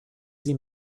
sie